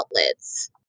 outlets